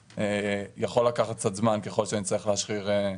זה יכול לקחת קצת זמן, ככל שנצטרך להשחיר שמות.